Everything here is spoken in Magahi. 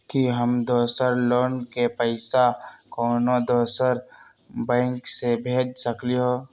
कि हम दोसर लोग के पइसा कोनो दोसर बैंक से भेज सकली ह?